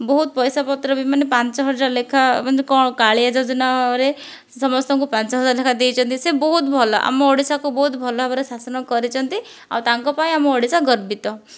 ବହୁତ ପଇସା ପତ୍ର ବି ମାନେ ପାଞ୍ଚହଜାର ଲେଖା ମାନେ କ'ଣ କାଳିଆ ଯୋଜନାରେ ସେ ସମସ୍ତଙ୍କୁ ପାଞ୍ଚ ହଜାର ଲେଖା ଦେଇଛନ୍ତି ସେ ବହୁତ ଭଲ ଆମ ଓଡ଼ିଶାକୁ ବହୁତ ଭଲ ଭାବରେ ଶାସନ କରିଛନ୍ତି ଆଉ ତାଙ୍କ ପାଇଁ ଆମ ଓଡ଼ିଶା ଗର୍ବିତ